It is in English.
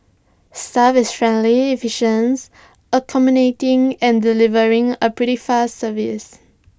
staff is friendly efficient accommodating and delivering A pretty fast service